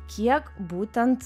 kiek būtent